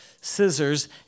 scissors